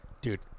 dude